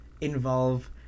involve